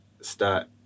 start